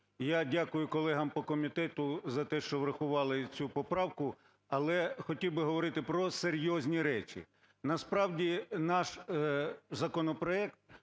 Я дякую колегам по комітету за те, що врахували цю поправку, але хотів би говорити про серйозні речі. Насправді наш законопроект